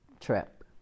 trip